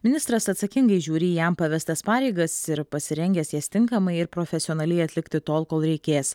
ministras atsakingai žiūri į jam pavestas pareigas ir pasirengęs jas tinkamai ir profesionaliai atlikti tol kol reikės